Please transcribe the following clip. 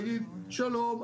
להגיד: שלום,